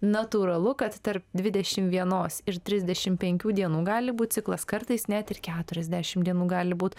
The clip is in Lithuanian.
natūralu kad tarp dvidešim vienos iš trisdešim penkių dienų gali būt ciklas kartais net ir keturiasdešim dienų gali būt